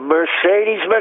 Mercedes